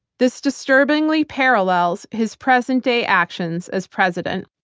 this disturbingly parallels his present day actions as president.